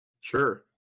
Sure